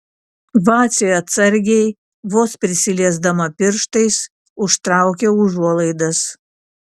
vacė atsargiai vos prisiliesdama pirštais užtraukia užuolaidas